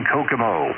Kokomo